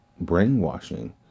brainwashing